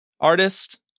artist